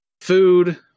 food